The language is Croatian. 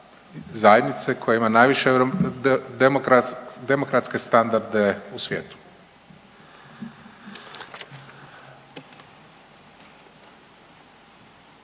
zajednice koja ima najviše demokratske standarde u svijetu.